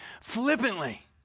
flippantly